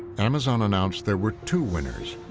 amazon announced there were two winners